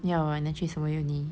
要 ah then 去什么 uni